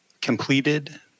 completed